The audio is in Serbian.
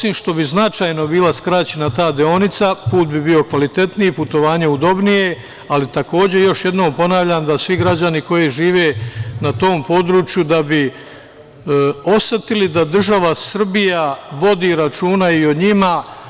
Osim što bi značajno bila skraćena ta deonica, put bi bio kvalitetniji, putovanje udobnije, ali takođe, još jednom ponavljam, da svi građani koji žive na tom području bi osetili da država Srbija vodi računa i o njima.